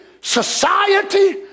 society